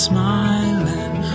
Smiling